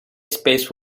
space